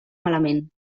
malament